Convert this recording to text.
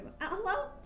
Hello